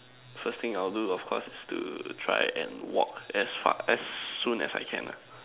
first thing I will do of course is to try and walk as fast as soon as I can lah